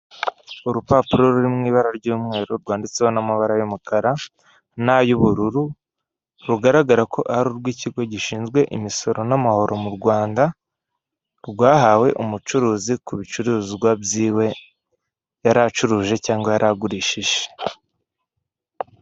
Urupapuro ruri mu ibara ry'umweru rwanditseho n'amabara y'umukara n'ay'ubururu rugaragara ko ari urw'ikigo gishinzwe imisoro n'amahoro mu Rwanda rwahawe umucuruzi ku bicuruzwa byiwe yaracuruje cyangwa yaragurishije.